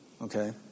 okay